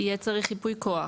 יהיה צריך ייפוי כוח.